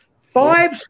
Five